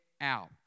out